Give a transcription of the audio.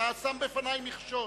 אתה שם בפני מכשול.